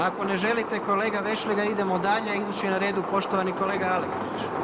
Ako ne želite kolega Vešligaj, idemo dalje, idući je na redu poštovani kolega Aleksić.